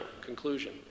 conclusion